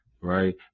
right